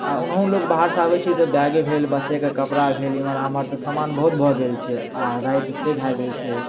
आ ओनाहू लोक बाहरसँ आबैत छै तऽ बैगे भेल बच्चेके कपड़ा भेल एमहर आम्हर तऽ समान बड्ड बहुत भऽ गेल छै आ राति से भए गेल छै